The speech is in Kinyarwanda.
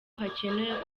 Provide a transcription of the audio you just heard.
hakenewe